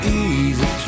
easy